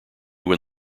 when